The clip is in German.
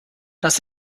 das